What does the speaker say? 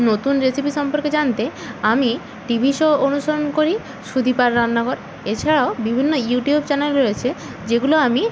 নতুন রেসিপি সম্পর্কে জানতে আমি টিভি শো অনুসরণ করি সুদীপার রান্না ঘর এছাড়াও বিভিন্ন ইউটিউব চ্যানেল রয়েছে যেগুলো আমি